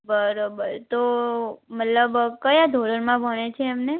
બરાબર તો મતલબ કયા ધોરણમાં ભણે છે એમને